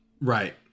Right